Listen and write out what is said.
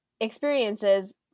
experiences